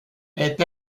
est